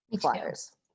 Flyers